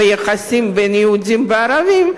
ביחסים בין יהודים וערבים,